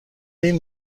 این